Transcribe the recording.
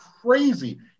crazy